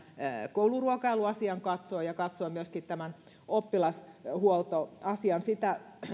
kouluruokailuasian katsoo ja katsoo myöskin tämän oppilashuoltoasian sitä